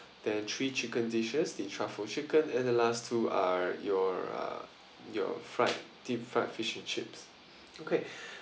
there are three chicken dishes the truffle chicken and the last two are your uh your fried deep fried fish and chips okay